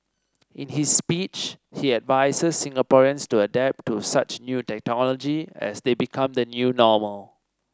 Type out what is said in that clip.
in his speech he advises Singaporeans to adapt to such new technology as they become the new normal